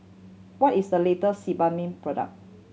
what is the latest Sebamed product